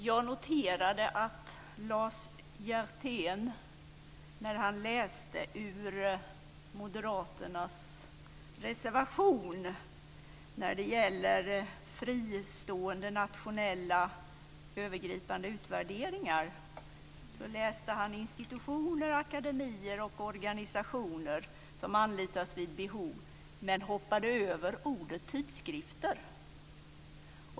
Herr talman! Jag noterade att när Lars Hjertén läste om fristående nationella övergripande utvärderingar ur moderaternas motion nämnde han institutioner, akademier och organisationer som anlitas vid behov. Men han hoppade över ordet tidskrifter.